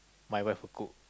my wife will cook